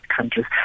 countries